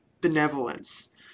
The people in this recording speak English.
benevolence